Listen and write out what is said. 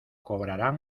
cobrarán